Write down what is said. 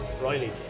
Riley